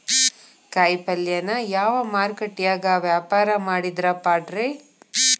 ಕಾಯಿಪಲ್ಯನ ಯಾವ ಮಾರುಕಟ್ಯಾಗ ವ್ಯಾಪಾರ ಮಾಡಿದ್ರ ಪಾಡ್ರೇ?